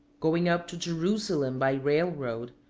going up to jerusalem by railroad,